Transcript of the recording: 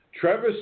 Trevor